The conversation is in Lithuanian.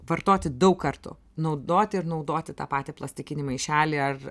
vartoti daug kartų naudoti ir naudoti tą patį plastikinį maišelį ar